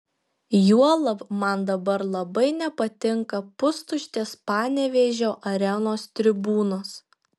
juolab man dabar labai nepatinka pustuštės panevėžio arenos tribūnos